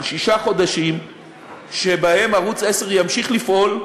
של שישה חודשים שבהם ערוץ 10 ימשיך לפעול.